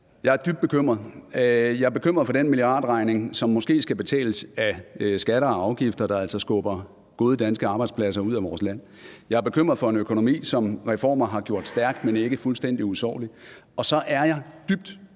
jeg er dybt bekymret. Jeg er bekymret for den milliardregning, som måske skal betales af skatter og afgifter, der altså skubber gode danske arbejdspladser ud af vores land. Jeg er bekymret for en økonomi, som reformer har gjort stærk, men ikke fuldstændig usårlig. Og så er jeg dybt